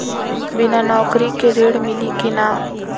बिना नौकरी के ऋण मिली कि ना?